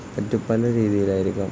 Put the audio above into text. രീതിയിലായിരിക്കാം